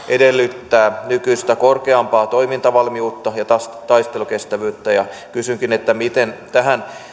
edellyttää nykyistä korkeampaa toimintavalmiutta ja taistelukestävyyttä kysynkin miten tähän